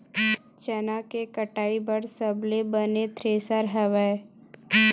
चना के कटाई बर सबले बने थ्रेसर हवय?